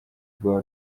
rwa